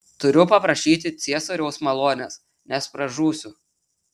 turiu paprašyti ciesoriaus malonės nes pražūsiu